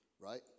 right